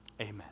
Amen